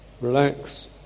Relax